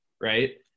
right